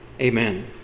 Amen